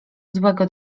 złego